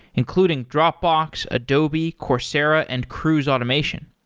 including dropbox, adobe, coursera and cruise automation.